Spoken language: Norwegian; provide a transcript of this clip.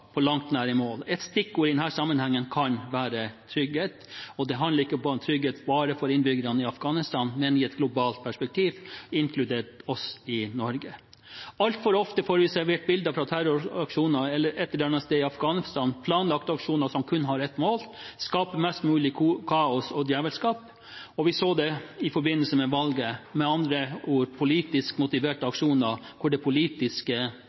på langt nær i mål. Et stikkord i denne sammenheng kan være trygghet, og det handler ikke om trygghet bare for innbyggerne i Afghanistan, men i et globalt perspektiv, inkludert oss i Norge. Altfor ofte får vi servert bilder fra terroraksjoner et eller annet sted i Afghanistan, planlagte aksjoner som kun har ett mål, å skape mest mulig kaos og djevelskap. Vi så det i forbindelse med valget – med andre ord politisk motiverte aksjoner hvor det politiske